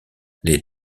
les